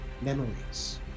memories